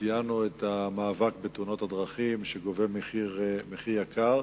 ציינו את המאבק בתאונות הדרכים, שגובות מחיר יקר.